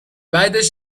بعدش